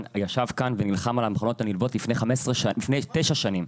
ישב כאן ונלחם על המחלות הנלוות לפני תשע שנים.